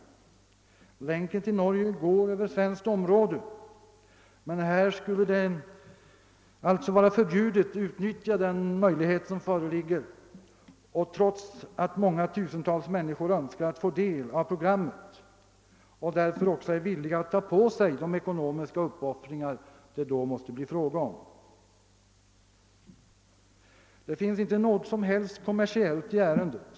TV länken till Norge går över svenskt område, men här skulle det alltså vara förbjudet att utnyttja den möjlighet som finns, trots att många människor önskar ta del av programmet och därför också är villiga att ta på sig de ekonomiska uppoffringar som det blir frågan om. Det finns inte något kommersiellt i denna fråga.